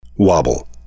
Wobble